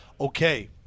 okay